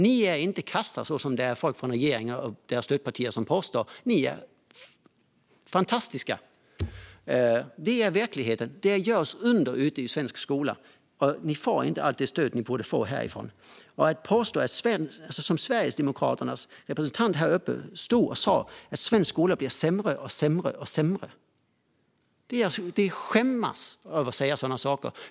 Ni är inte kassa, som folk från regeringen och dess stödparti påstår. Ni är fantastiska! Det är verkligheten. Det görs under ute i svensk skola, men ni får inte alltid det stöd ni borde få härifrån. Sverigedemokraternas representant stod här i talarstolen och sa att svensk skola blir sämre och sämre. Jag skulle skämmas över att säga sådana saker.